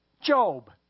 Job